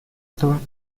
этого